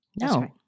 No